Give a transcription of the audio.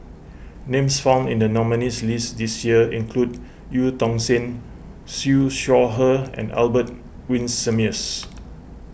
names found in the nominees' list this year include Eu Tong Sen Siew Shaw Her and Albert Winsemius